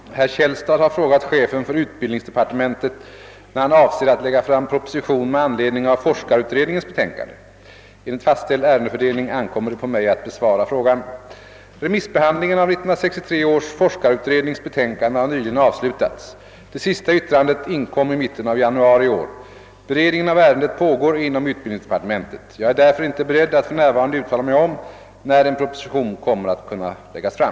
Herr talman! Herr Källstad har frågat chefen för = utbildningsdepartementet när han avser att lägga fram proposition med anledning av forskarutredningens betänkande. Enligt fastställd ärendefördelning ankommer det på mig att besvara frågan. Remissbehandlingen av 1963 års forskarutrednings betänkande har nyligen avslutats. Det sista yttrandet inkom i mitten av januari i år. Beredning av ärendet pågår inom utbildningsdepartementet. Jag är därför inte beredd att för närvarande uttala mig om när en proposition kommer att kunna läggas fram.